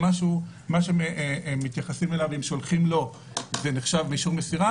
ומה ששולחים לו נחשב אישור מסירה,